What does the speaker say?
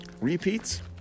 repeats